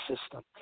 system